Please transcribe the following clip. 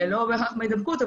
לא בהכרח הידבקות,